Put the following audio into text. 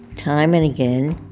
time and again,